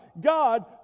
God